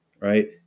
Right